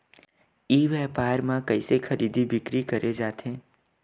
ई व्यापार म कइसे खरीदी बिक्री करे जाथे?